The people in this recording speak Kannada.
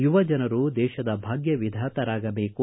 ಯುವ ಜನರು ದೇಶದ ಭಾಗ್ಯವಿಧಾತರಾಗಬೇಕು